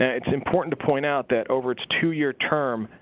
ah it's important to point out that over its two year term,